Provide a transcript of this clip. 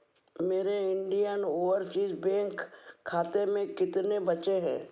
मेरे Indian overseas bank खाते में कितने बचे है